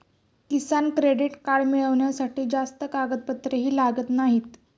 किसान credit card मिळवण्यासाठी जास्त कागदपत्रेही लागत नाहीत